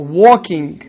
walking